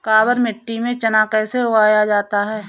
काबर मिट्टी में चना कैसे उगाया जाता है?